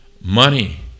money